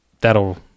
that'll